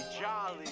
jolly